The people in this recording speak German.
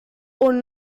und